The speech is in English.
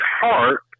heart